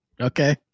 Okay